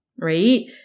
right